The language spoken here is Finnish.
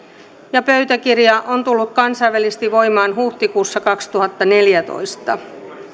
ja pöytäkirja on tullut kansainvälisesti voimaan huhtikuussa kaksituhattaneljätoista